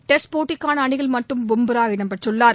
test போட்டிக்கான அணியில் மட்டும் பும்ரா இடம்பெற்றுள்ளார்